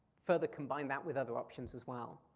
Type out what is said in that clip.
further combine that with other options as well.